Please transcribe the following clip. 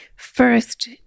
first